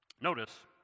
Notice